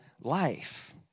life